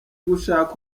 gushakisha